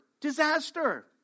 disaster